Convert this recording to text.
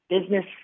business